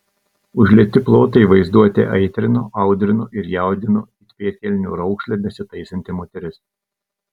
užlieti plotai vaizduotę aitrino audrino ir jaudino it pėdkelnių raukšlę besitaisanti moteris